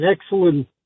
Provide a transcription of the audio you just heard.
excellent